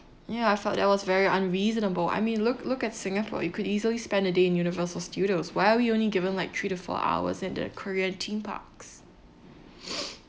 ya I felt that was very unreasonable I mean look look at singapore you could easily spend a day in universal studios why are we only given like three to four hours in the korea theme parks